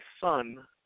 son